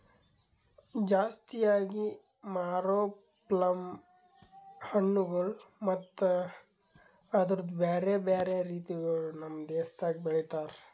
ಜಾಸ್ತಿ ಆಗಿ ಮಾರೋ ಪ್ಲಮ್ ಹಣ್ಣುಗೊಳ್ ಮತ್ತ ಅದುರ್ದು ಬ್ಯಾರೆ ಬ್ಯಾರೆ ರೀತಿಗೊಳ್ ನಮ್ ದೇಶದಾಗ್ ಬೆಳಿತಾರ್